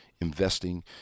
investing